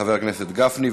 חבר הכנסת גפני,